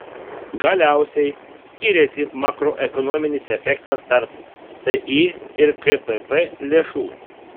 galiausiai skiriasi makroekonominis efektas tarp ti ir kpp lėšų